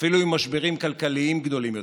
אפילו עם משברים כלכליים גדולים יותר.